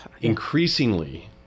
Increasingly